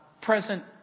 present